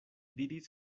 diris